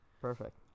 Perfect